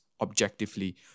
objectively